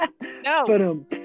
No